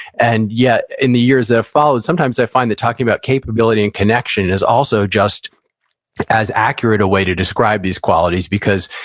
and yet, in the years that have followed, sometimes i find that talking about capability and connection, is also just as accurate a way to describe these qualities. because,